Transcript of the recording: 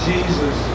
Jesus